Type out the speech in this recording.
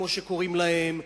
כמו שקוראים להן,